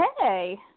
Hey